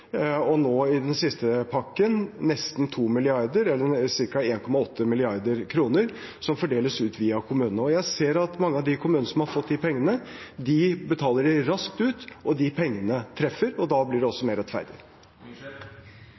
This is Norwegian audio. og nå i den siste pakken nesten 2 mrd. kr, ca. 1,8 mrd. kr, som fordeles ut via kommunene. Jeg ser at mange av de kommunene som har fått de pengene, betaler dem raskt ut – og de pengene treffer, og da blir det også mer rettferdig.